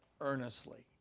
earnestly